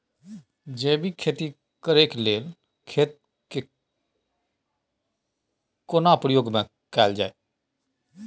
जैविक खेती करेक लैल खेत के केना प्रयोग में कैल जाय?